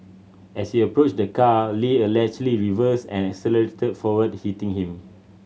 as he approached the car Lee allegedly reversed and accelerated forward hitting him